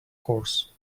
course